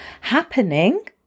happening